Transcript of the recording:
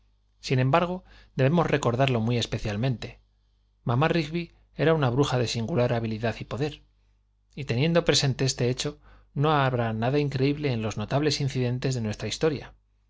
sin embargo debemos recordarlo muy especialmente mamá rigby era una bruja de singular habilidad y poder y teniendo presente este hecho no habrá nada increíble en los notables incidentes de nuestra historia